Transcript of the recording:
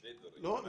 שני דברים.